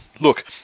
look